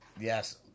Yes